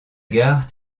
gare